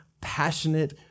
passionate